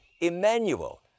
Emmanuel